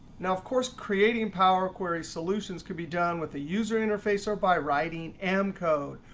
now, of course, creating power query solutions could be done with the user interface or by writing m code.